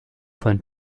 von